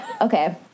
Okay